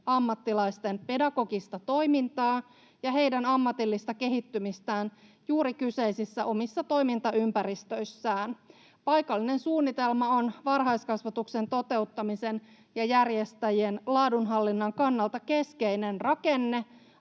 ammattilaisten pedagogista toimintaa ja heidän ammatillista kehittymistään juuri kyseisissä omissa toimintaympäristöissään. Paikallinen suunnitelma on varhaiskasvatuksen toteuttamisen ja järjestäjien laadunhallinnan kannalta keskeinen rakenne,